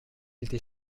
était